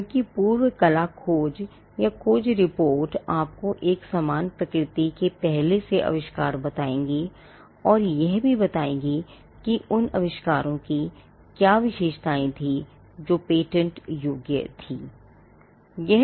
क्योंकि पूर्व कला खोज या खोज रिपोर्ट आपको एक समान प्रकृति के पहले के आविष्कार बताएगी और यह भी बताएगी कि उन आविष्कारों की क्या विशेषताएं थीं जो पेटेंट योग्य थीं